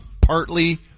partly